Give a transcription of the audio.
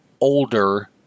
older